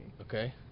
Okay